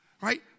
Right